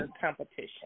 competition